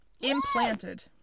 implanted